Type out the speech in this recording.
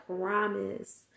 promise